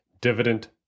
Dividend